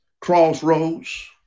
Crossroads